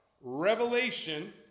revelation